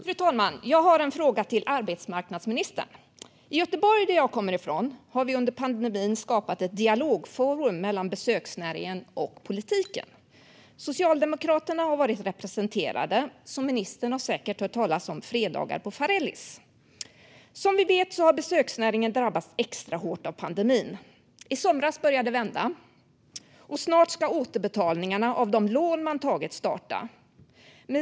Fru talman! Jag har en fråga till arbetsmarknadsministern. I Göteborg, som jag kommer ifrån, har vi under pandemin skapat ett dialogforum mellan besöksnäringen och politiken. Socialdemokraterna har varit representerade, så ministern har säkert hört talas om "Fredagar på Farellis". Som vi vet har besöksnäringen drabbats extra hårt av pandemin. I somras började det vända. Snart ska återbetalningarna av de lån man tagit starta.